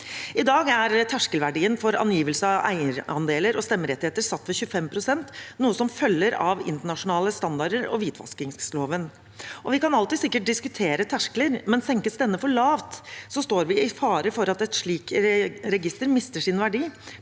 I dag er terskelverdien for angivelse av eierandeler og stemmerettigheter satt ved 25 pst., noe som følger av internasjonale standarder og hvitvaskingsloven. Man kan sikkert alltid diskutere terskler, men senkes denne for lavt, står vi i fare for at et slikt register mister sin verdi,